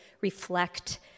reflect